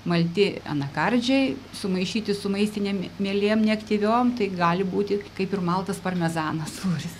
malti anakardžiai sumaišyti su maistinėm mieliem neaktyviom tai gali būti kaip ir maltas parmezano sūris